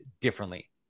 differently